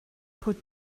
put